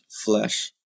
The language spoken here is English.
flesh